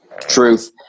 truth